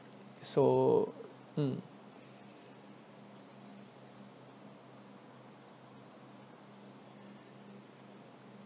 so mm